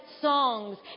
songs